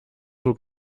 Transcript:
zog